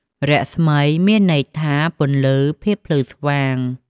រស្មី មានន័យថាពន្លឺ ភាពភ្លឺស្វាង។